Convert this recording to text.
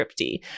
scripty